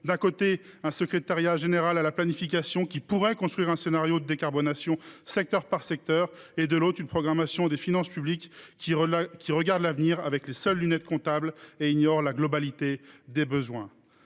d’un côté, un secrétariat général à la planification qui pourrait construire un scénario de décarbonation secteur par secteur ; de l’autre, une programmation des finances publiques qui regarde l’avenir avec les seules lunettes comptables et ignore la globalité des besoins.